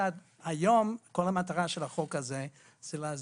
היום כל המטרה של חוק הסעד זה להסדיר